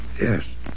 Yes